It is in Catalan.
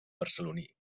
barceloní